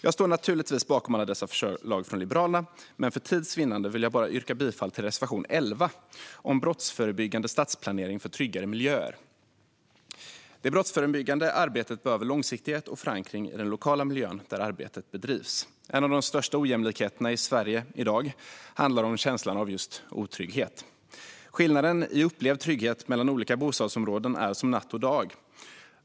Jag står naturligtvis bakom alla dessa förslag från Liberalerna, men för tids vinnande yrkar jag bifall bara till reservation 11 om brottsförebyggande stadsplanering för tryggare miljöer. Det brottsförebyggande arbetet behöver långsiktighet och förankring i den lokala miljön där arbetet bedrivs. En av de största ojämlikheterna i Sverige i dag handlar om känslan av otrygghet. Skillnaden i upplevd trygghet mellan olika bostadsområden är som natt och dag.